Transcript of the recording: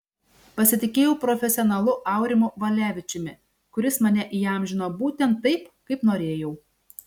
pasitikėjau profesionalu aurimu valevičiumi kuris mane įamžino būtent taip kaip norėjau